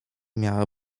miała